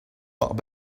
lot